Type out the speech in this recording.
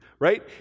Right